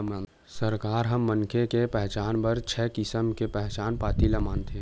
सरकार ह मनखे के पहचान बर छय किसम के पहचान पाती ल मानथे